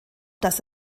das